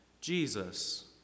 Jesus